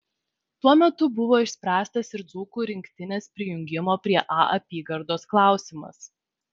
tuo metu buvo išspręstas ir dzūkų rinktinės prijungimo prie a apygardos klausimas